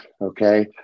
Okay